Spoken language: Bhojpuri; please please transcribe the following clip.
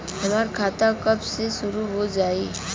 हमार खाता कब से शूरू हो जाई?